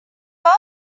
like